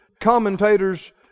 commentators